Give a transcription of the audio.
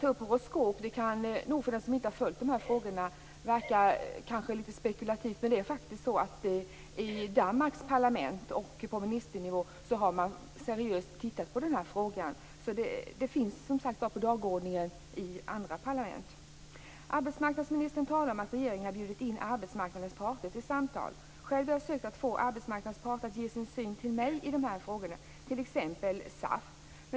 För den som inte har följt dessa frågor kan ju horoskop verka litet spekulativt. I Danmarks parlament och på ministernivå har man seriöst tittat på denna fråga. Frågan finns på dagordningen i andra parlament. Arbetsmarknadsministern talar om att regeringen har bjudit in arbetsmarknadens parter till samtal. Själv har jag försökt att få arbetsmarknadens parter att delge sin syn till mig, t.ex. SAF.